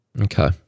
Okay